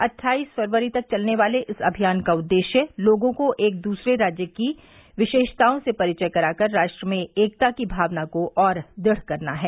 अट्ठाइस फरवरी तक चलने वाले इस अभियान का उददेश्य लोगों को एक दूसरे राज्य की विशेषताओं से परिचय कराकर राष्ट्र में एकता की भावना को और दृढ़ करना है